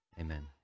Amen